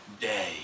day